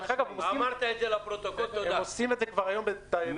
דרך אגב, הם עושים את זה היום --- מיצינו.